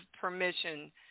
permission